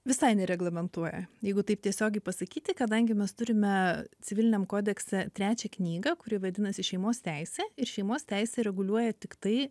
visai nereglamentuoja jeigu taip tiesiogiai pasakyti kadangi mes turime civiliniam kodekse trečią knygą kuri vadinasi šeimos teisė ir šeimos teisė reguliuoja tiktai